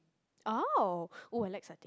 oh woo I like satay